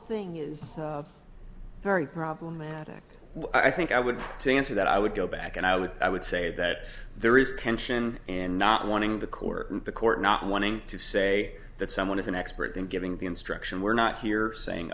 thing is very problematic i think i would to answer that i would go back and i would i would say that there is tension and not wanting the court and the court not wanting to say that someone is an expert in giving the instruction we're not here saying